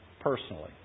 personally